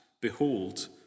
Behold